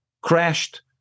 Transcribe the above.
Crashed